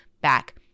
back